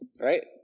right